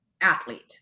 athlete